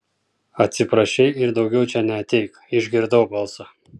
atsiprašei ir daugiau čia neateik išgirdau balsą